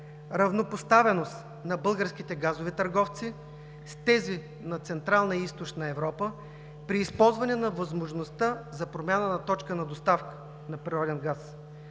равнопоставеност на българските газови търговци с тези на Централна и Източна Европа при използване на възможността за промяна на точка на доставка на природен газ.